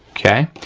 okay?